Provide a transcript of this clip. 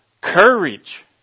courage